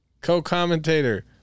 Co-commentator